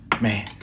Man